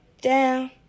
down